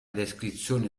descrizione